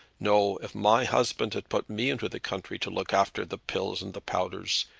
no if my husband had put me into the country to look after de pills and de powders,